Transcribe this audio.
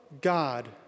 God